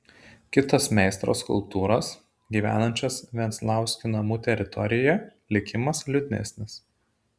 kitos meistro skulptūros gyvenančios venclauskių namų teritorijoje likimas liūdnesnis